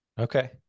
Okay